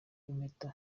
impeta